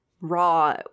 raw